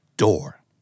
Door